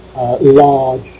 large